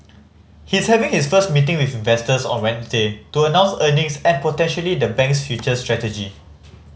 he's having his first meeting with investors on Wednesday to announce earnings and potentially the bank's future strategy